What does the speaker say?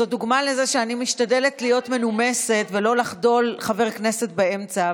זו דוגמה לזה שאני משתדלת להיות מנומסת ולא לחדול חבר כנסת באמצע,